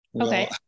Okay